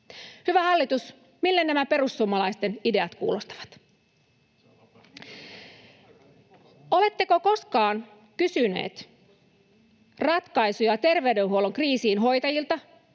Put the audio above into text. Hyvä hallitus, mille nämä perussuomalaisten ideat kuulostavat? [Olli Immonen: Saa vapaasti käyttää!] Oletteko koskaan kysyneet ratkaisuja terveydenhuollon kriisiin hoitajilta?